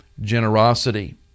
generosity